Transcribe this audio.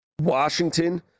Washington